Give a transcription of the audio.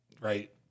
right